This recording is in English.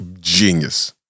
genius